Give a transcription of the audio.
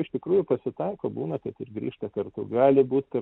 iš tikrųjų pasitaiko būna kad ir grįžta kartu gali būt ir